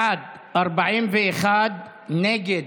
בעד, 41, נגד,